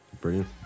brilliant